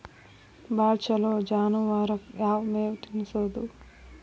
ಭಾಳ ಛಲೋ ಜಾನುವಾರಕ್ ಯಾವ್ ಮೇವ್ ತಿನ್ನಸೋದು?